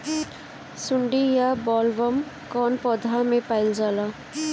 सुंडी या बॉलवर्म कौन पौधा में पाइल जाला?